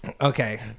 Okay